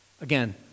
Again